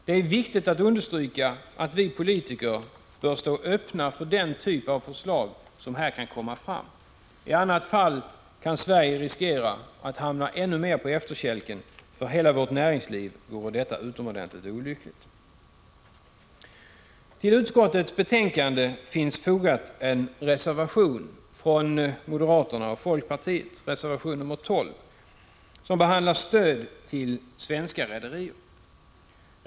Det är viktigt att understryka att vi politiker bör stå öppna för de typer av förslag som här kan komma fram. I annat fall kan Sverige riskera att hamna ännu mer på efterkälken. För hela vårt näringsliv vore detta utomordentligt olyckligt. Till utskottets betänkande är fogad en reservation från moderaterna och folkpartiet, reservation nr 12, som behandlar stöd till svenska rederier.